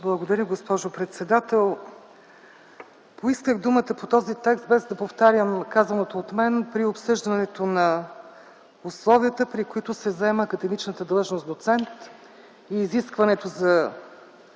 Благодаря, госпожо председател. Поисках думата по този текст без да повтарям казаното от мен при обсъждането на условията, при които се заема академичната длъжност „доцент”, изискването за